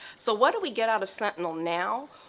so what do we get out of sentinel now?